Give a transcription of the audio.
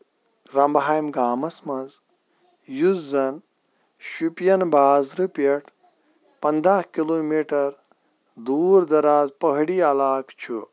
رمبہا مہِ گامَس منٛز یُس زَن شُوپین بازرٕ پٮ۪ٹھ پنداہ کُلومیٖٹر دوٗر دَرازٕ پٔہٲڑی علاقہٕ چھُ